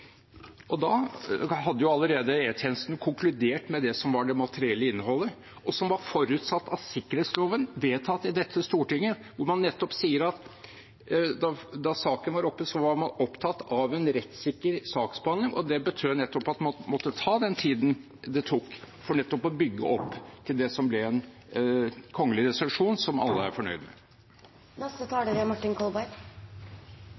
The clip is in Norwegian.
Da hadde allerede E-tjenesten konkludert med det som var det materielle innholdet. Da saken om sikkerhetsloven, vedtatt i dette Stortinget, var oppe, var man opptatt av en rettssikker saksbehandling, og det betød nettopp at man måtte ta den tiden det tok, for å bygge opp til det som ble en kongelig resolusjon som alle er fornøyd